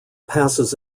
passes